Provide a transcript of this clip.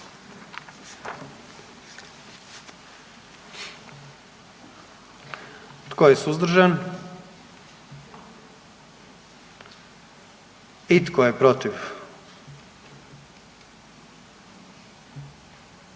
Tko je suzdržan? I tko je protiv?